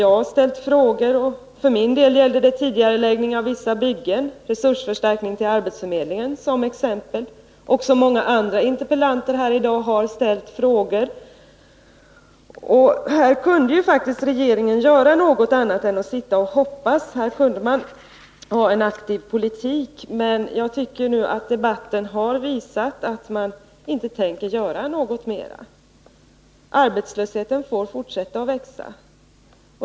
Jag har ställt frågor här — för min del gällde det t.ex. tidigareläggning av vissa byggen och resursförstärkning till arbetsförmedlingen — och också många andra interpellanter har ställt frågor. Regeringen kunde ju göra något annat än att bara hoppas. En aktiv politik skulle kunna föras, men jag tycker att debatten har visat att regeringen inte tänker göra något mera. Arbetslösheten får fortsätta att växa.